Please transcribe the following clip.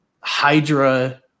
Hydra